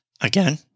again